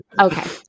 Okay